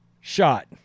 shot